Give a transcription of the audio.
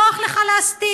נוח לך להסתיר,